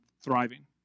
thriving